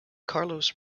carlos